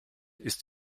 ist